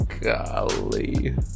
Golly